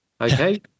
okay